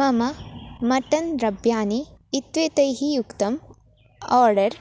मम मटन् द्रव्याणि इत्येतैः युक्तम् आर्डर्